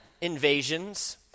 invasions